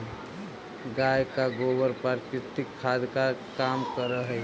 गाय का गोबर प्राकृतिक खाद का काम करअ हई